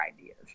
ideas